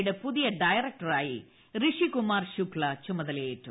യുട്ട് പു്തിയ ഡയറക്ടറായി ഋഷികുമാർ ന് ശുക്സ ചുമതലയേറ്റു